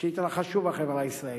שהתרחשו בחברה הישראלית,